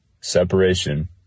separation